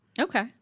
Okay